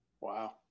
wow